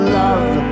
love